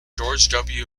george